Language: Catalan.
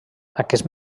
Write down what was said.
aquest